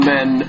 Men